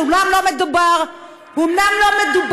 אומנם לא מדובר בהתנחלויות,